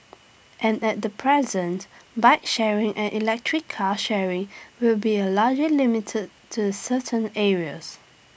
and at the present bike sharing and electric car sharing with be largely limited to certain areas